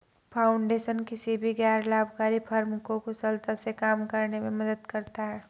foundation किसी भी गैर लाभकारी फर्म को कुशलता से काम करने में मदद करता हैं